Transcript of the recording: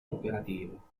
cooperativo